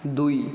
दू